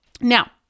Now